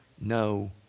no